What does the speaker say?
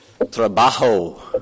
Trabajo